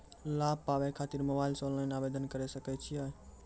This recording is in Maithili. लाभ पाबय खातिर मोबाइल से ऑनलाइन आवेदन करें सकय छियै?